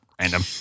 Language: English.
random